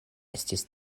estis